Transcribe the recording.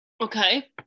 okay